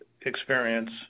experience